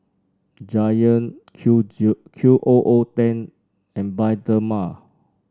Giant Q Q O O ten and Bioderma